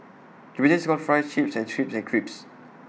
the British calls Fries Chips and Chips Crisps